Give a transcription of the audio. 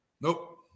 Nope